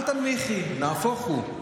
אל תנמיכי, נהפוך הוא.